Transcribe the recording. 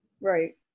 Right